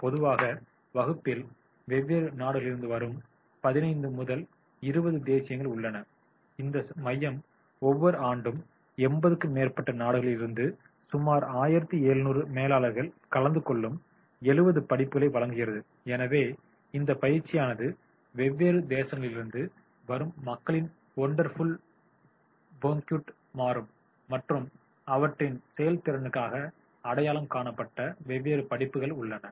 பொதுவாக வகுப்பில் வெவ்வேறு நாடுகளிலிருந்து வரும் 15 முதல் 20 தேசியங்கள் உள்ளன இந்த மையம் ஒவ்வொரு ஆண்டும் 80 க்கும் மேற்பட்ட நாடுகளில் இருந்து சுமார் 1700 மேலாளர்கள் கலந்துகொள்ளும் 70 படிப்புகளை வழங்குகிறது எனவே இந்த பயிற்சியானது வெவ்வேறு தேசங்களிலிருந்து வரும் மக்களின் ஒண்டேர்ப்புல் பௌயூட் மாறும் மற்றும் அவற்றின் செயல்திறனுக்காக அடையாளம் காணப்பட்ட வெவ்வேறு படிப்புகள் உள்ளன